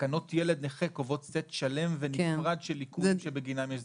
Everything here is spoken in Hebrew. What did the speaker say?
תקנות ילד נכה קובעות סט שלם ונפרד של ליקויים שבגינם יש זכאות,